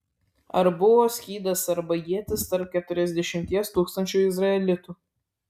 ar buvo skydas arba ietis tarp keturiasdešimties tūkstančių izraelitų